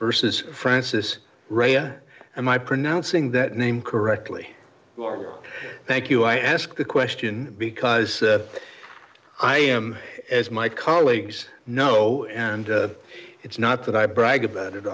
versus francis raya and i pronouncing that name correctly or thank you i ask the question because i am as my colleagues know and it's not that i brag about it